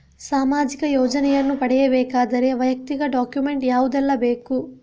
ಸಾಮಾಜಿಕ ಯೋಜನೆಯನ್ನು ಪಡೆಯಬೇಕಾದರೆ ವೈಯಕ್ತಿಕ ಡಾಕ್ಯುಮೆಂಟ್ ಯಾವುದೆಲ್ಲ ಬೇಕು?